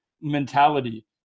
mentality